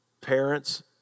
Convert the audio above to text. parents